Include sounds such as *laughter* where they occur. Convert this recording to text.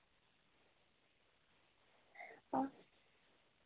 *unintelligible*